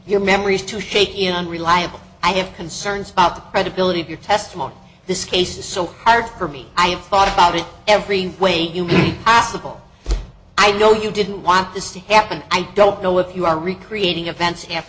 your memories too shaky unreliable i have concerns about the credibility of your testimony this case is so hard for me i have thought about it every way you ask the ball i know you didn't want this to happen i don't know if you are recreating events after